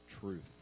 truth